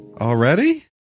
already